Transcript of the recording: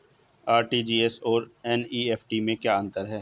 RTGS और NEFT में क्या अंतर है?